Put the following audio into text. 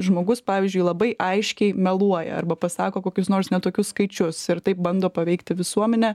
žmogus pavyzdžiui labai aiškiai meluoja arba pasako kokius nors ne tokius skaičius ir taip bando paveikti visuomenę